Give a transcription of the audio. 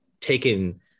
taken